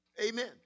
Amen